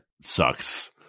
sucks